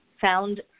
Found